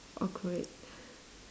awkward